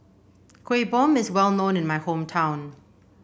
Kueh Bom is well known in my hometown